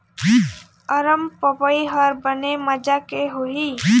अरमपपई हर बने माजा के होही?